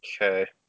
okay